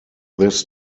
this